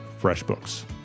FreshBooks